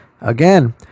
Again